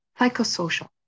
psychosocial